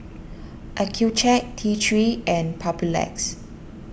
Accucheck T three and Papulex